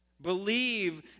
Believe